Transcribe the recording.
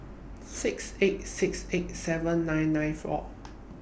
six eight six eight seven nine nine four